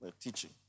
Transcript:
teaching